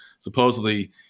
Supposedly